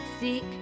Seek